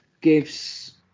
Gives